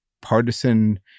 partisan